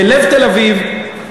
בלב תל-אביב,